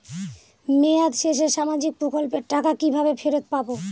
মেয়াদ শেষে সামাজিক প্রকল্পের টাকা কিভাবে ফেরত পাবো?